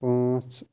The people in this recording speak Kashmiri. پانٛژھ